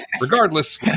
Regardless